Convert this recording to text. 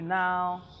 now